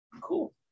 Cool